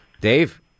Dave